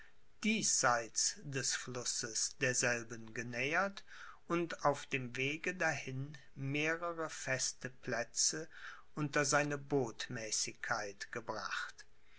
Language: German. diesseits des flusses derselben genähert und auf dem wege dahin mehrere feste plätze unter seine botmäßigkeit gebracht